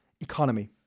economy